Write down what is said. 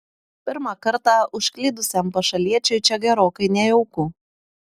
pirmą kartą užklydusiam pašaliečiui čia gerokai nejauku